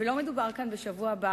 לא מדובר כאן בשבוע הבא,